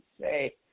say